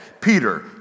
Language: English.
Peter